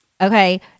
okay